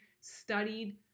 studied